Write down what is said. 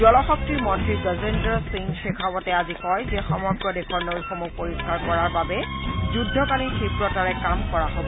জলশক্তি মন্ত্ৰী গজেন্দ্ৰ সিং শেখাৱটে আজি কয় যে সমগ্ৰ দেশৰ নৈসমূহ পৰিস্কাৰ কৰাৰ বাবে যুদ্ধকালীন ক্ষীপ্ৰতাৰে কাম কৰা হব